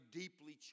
deeply